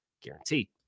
guaranteed